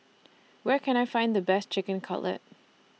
Where Can I Find The Best Chicken Cutlet